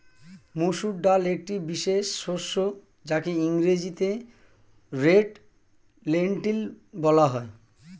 মুসুর ডাল একটি বিশেষ শস্য যাকে ইংরেজিতে রেড লেন্টিল বলা হয়